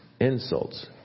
insults